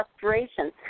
frustration